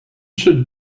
should